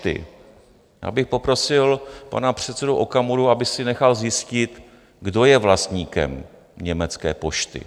Já bych poprosil pana předsedu Okamuru, aby si nechal zjistit, kdo je vlastníkem Německé pošty.